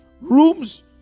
Rooms